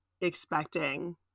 expecting